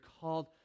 called